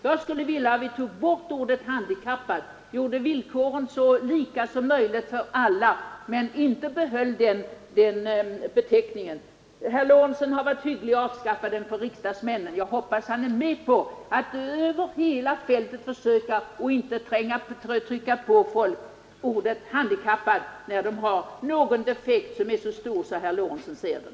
Jag skulle vilja att vi tog bort ordet handikappad, att vi gjorde villkoren så lika som möjligt för alla men inte behöll den beteckningen. Herr Lorentzon har varit hygglig nog att avskaffa den för riksdagsmännen, och jag hoppas att han är med på att över hela fältet försöka att inte trycka på folk beteckningen handikappad, när de har någon defekt som är så stor att herr Lorentzon ser den.